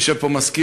יושב פה המזכיר,